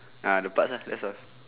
ah the parts lah that's all